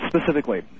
specifically